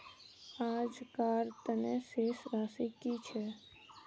आजकार तने शेष राशि कि छे?